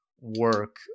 work